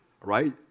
right